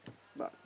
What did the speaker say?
but